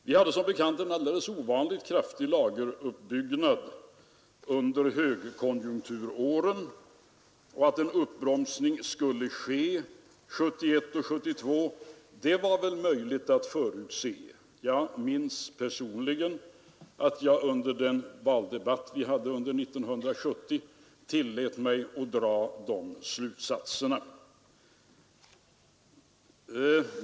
Vi hade som bekant en alldeles ovanligt kraftig lageruppbyggnad under högkonjunkturåren, och att en uppbromsning skulle ske 1971—1972 var väl möjligt att förutse. Jag minns att jag under den valdebatt vi hade under 1970 tillät mig att dra de slutsatserna.